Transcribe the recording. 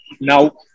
now